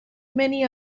many